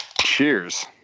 Cheers